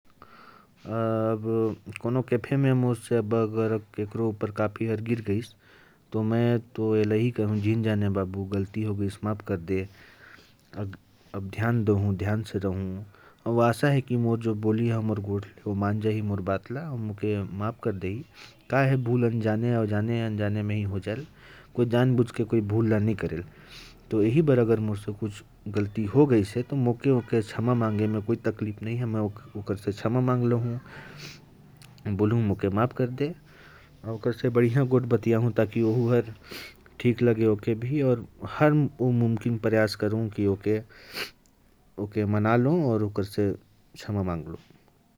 अब, अगर किसी कैफे में मेरी किसी गलती से किसी के ऊपर कॉफी गिर जाती है, तो मैं उससे माफी मांगूंगा। कहूंगा,"जरा माफ करें बाबू, मुझे माफ कर दें,"और आशा है कि मेरी बात समझकर वो मान जाएगा और मुझे माफ कर देगा।